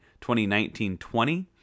2019-20